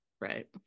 Right